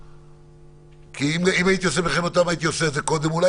כי אם הייתי עושה מלחמת עולם הייתי עושה אותה קודם.